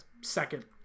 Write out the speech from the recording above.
second